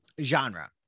genre